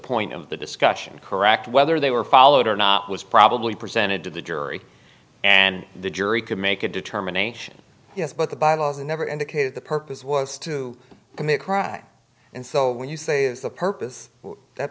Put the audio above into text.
point of the discussion correct whether they were followed or not was probably presented to the jury and the jury could make a determination yes but the bylaws never indicated the purpose was to commit crime and so when you say is the purpose that